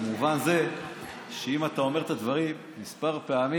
במובן זה שאם אתה אומר את הדברים כמה פעמים,